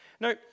No